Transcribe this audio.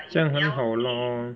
这样很好 lor